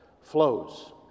flows